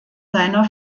seiner